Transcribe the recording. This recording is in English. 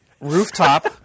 Rooftop